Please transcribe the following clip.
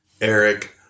Eric